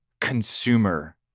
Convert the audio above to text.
consumer